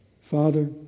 Father